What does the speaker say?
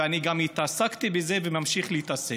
ואני גם התעסקתי בזה וממשיך להתעסק.